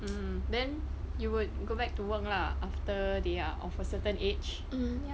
mm then you would go back to work lah after they are of a certain age